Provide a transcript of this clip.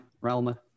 realm